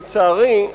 לצערי,